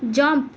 jump